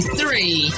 three